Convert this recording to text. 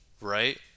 right